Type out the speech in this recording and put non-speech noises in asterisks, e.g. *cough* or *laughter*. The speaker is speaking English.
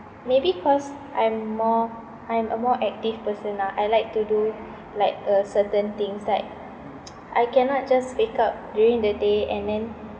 maybe cause I'm more I'm a more active person ah I like to do like a certain things like *noise* I cannot just wake up during the day and then